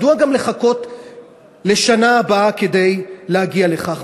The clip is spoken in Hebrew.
מדוע גם לחכות לשנה הבאה כדי להגיע לכך?